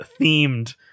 themed